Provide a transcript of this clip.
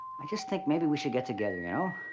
i just think maybe we should get together, you know.